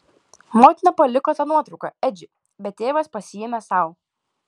motina paliko tą nuotrauką edžiui bet tėvas pasiėmė sau